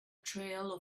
trail